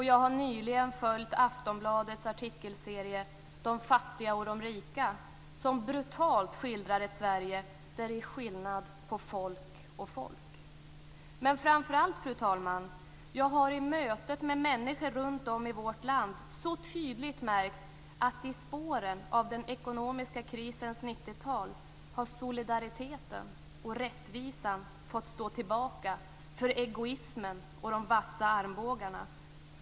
Jag har nyligen följt Aftonbladets artikelserie "De fattiga & de rika" som brutalt skildrar ett Sverige där det är skillnad på folk och folk. Men framför allt, fru talman, har jag i mötet med människor runtom i vårt land så tydligt märkt att i spåren av den ekonomiska krisens 90-tal har solidariteten och rättvisan fått stå tillbaka för egoismen och de vassa armbågarna.